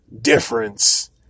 difference